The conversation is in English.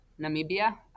Namibia